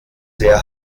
sehr